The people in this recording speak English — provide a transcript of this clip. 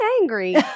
angry